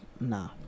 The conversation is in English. No